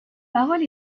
parole